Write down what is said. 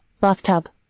bathtub